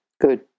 good